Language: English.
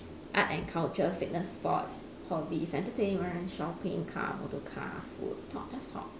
art and culture fitness sports hobbies entertainment shopping car motor car food talk just talk